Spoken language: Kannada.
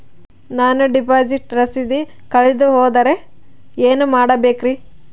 ನಾನು ಡಿಪಾಸಿಟ್ ರಸೇದಿ ಕಳೆದುಹೋದರೆ ಏನು ಮಾಡಬೇಕ್ರಿ?